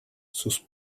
sus